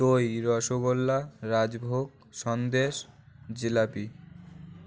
দই রসগোল্লা রাজভোগ সন্দেশ জিলিপি